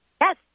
Yes